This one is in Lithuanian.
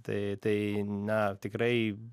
tai tai na tikrai